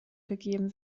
gegeben